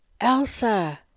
Elsa